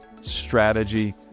strategy